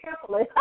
carefully